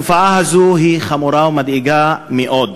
התופעה הזאת היא חמורה ומדאיגה מאוד,